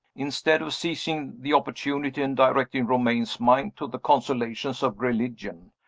instead of seizing the opportunity, and directing romayne's mind to the consolations of religion,